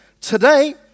Today